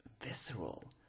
visceral